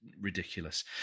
ridiculous